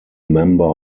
member